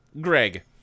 Greg